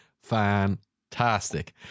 fantastic